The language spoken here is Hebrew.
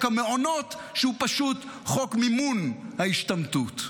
המעונות שהוא פשוט חוק מימון ההשתמטות.